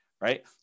Right